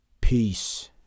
Peace